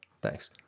Thanks